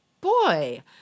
boy